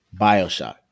Bioshock